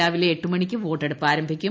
രാവിലെ എട്ടു മണിക്ക് വോട്ടെടുപ്പ് ആരംഭിക്കും